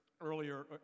earlier